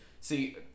See